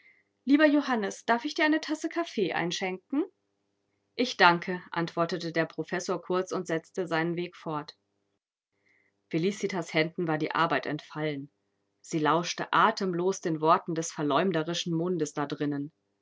lieber johannes darf ich dir eine tasse kaffee einschenken ich danke antwortete der professor kurz und setzte seinen weg fort felicitas händen war die arbeit entfallen sie lauschte atemlos den worten des verleumderischen mundes da drinnen